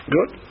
Good